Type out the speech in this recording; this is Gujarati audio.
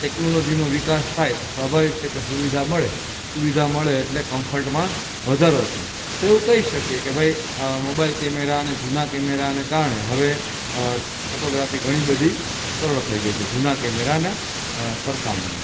ટેક્નોલોજીનો વિકાસ થાય તો સ્વાભાવિક છે કે સુવિધા મળે સુવિધા મળે એટલે કમ્ફર્ટમાં વધારો થાય તો એવું કહી શકીએ કે ભાઈ મોબાઈલ કેમેરા જૂના કેમેરાને કારણે હવે ફોટોગ્રાફી ઘણી બધી સરળ થય ગઈ છે જૂના કેમેરાના સરખામણીમાં